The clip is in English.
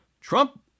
Trump